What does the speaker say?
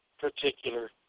particular